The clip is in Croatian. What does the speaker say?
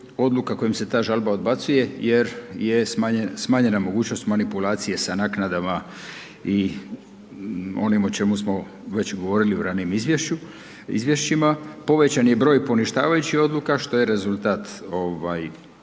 odluka kojim se ta žalba odbacuje jer je smanjena mogućnost manipulacije sa naknadama i onim o čemu smo već govorili o ranijim izvješćima. Povećan je broj poništavajućih odluka što je rezultat